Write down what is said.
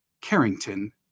Carrington